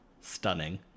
Stunning